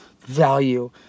value